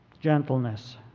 gentleness